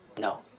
No